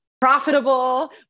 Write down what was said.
profitable